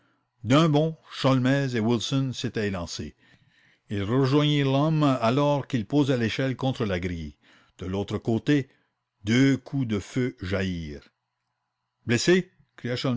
sholmès et wilson s'étalent élancés ils rejoignirent l'homme alors qu'il posait l'échelle contre la grille de l'autre côté deux coups de feu jaillirent